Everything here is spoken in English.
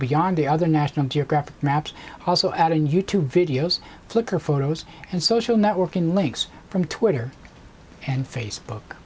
beyond the other national geographic maps also add in you tube videos flickr photos and social networking links from twitter and facebook